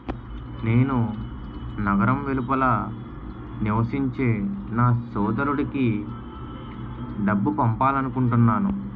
నేను నగరం వెలుపల నివసించే నా సోదరుడికి డబ్బు పంపాలనుకుంటున్నాను